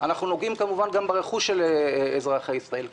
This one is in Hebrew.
אנחנו נוגעים כמובן גם ברכוש של אזרחי ישראל.